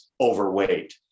overweight